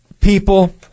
people